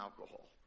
alcohol